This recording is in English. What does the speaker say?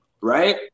Right